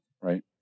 right